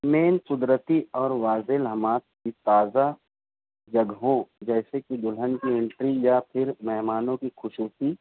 میں قدرتی اور واضح لمحات کی تازہ جگہوں جیسے کہ دلہن کی انٹری یا پھر مہمانوں کی خصوصی